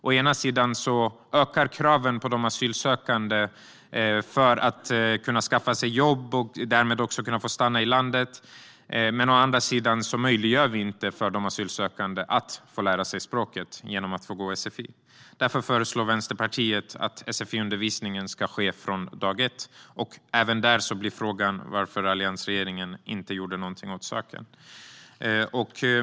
Å ena sidan ökar kraven på de asylsökande att skaffa sig jobb och därmed kunna få stanna i landet, å andra sidan möjliggör vi inte för de asylsökande att lära sig språket genom att gå sfi. Därför föreslår Vänsterpartiet att sfi-undervisningen ska ske från dag ett. Även där blir frågan varför alliansregeringen inte gjorde någonting åt saken.